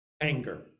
Anger